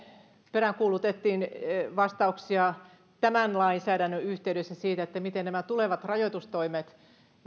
peräänkuulutettiin vastauksia tämän lainsäädännön yhteydessä siihen miten nämä tulevat rajoitustoimet